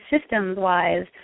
systems-wise